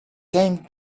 same